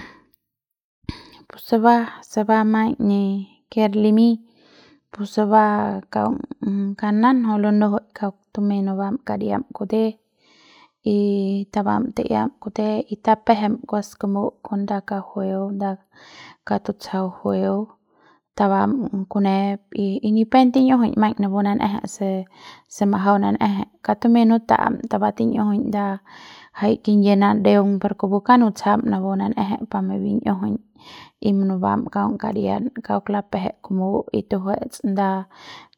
pus se ba se ba maiñ ni ker limiñ pus se ba kaung kanan jui lunujuik kauk tumeiñ nubam kadiam kute y tabam ta'iam kute y tapjem kuas kumu kon kauk jueu nda y nda kauk tutsjau jueu tabam kunep y y ni pep tin'iujuiñ maiñ napu nan'eje se se majau nan'eje kaung tumem nuta'am tabam tin'iujuiñ nda ngjai kingyie nadeung per kupu kaung nutsjam napu nan'eje pa mabin'iujuiñ y munubam kaung kadian kauk lapjé kumu y tujue'ets nda